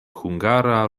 hungara